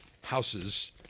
houses